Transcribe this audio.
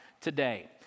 today